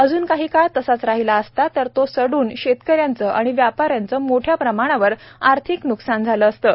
अजून काही काळ तसाच राहिला असता तर तो सड्न शेतक यांचं आणि व्यापा यांचं मोठ्या प्रमाणावर आर्थिक न्कसान झालं असतं